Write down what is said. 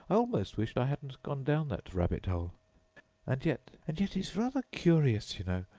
almost wish i hadn't gone down that rabbit-hole and yet and yet it's rather curious, you know,